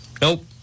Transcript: Nope